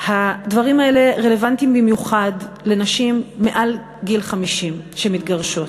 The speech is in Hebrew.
הדברים האלה רלוונטיים במיוחד לנשים מעל גיל 50 שמתגרשות.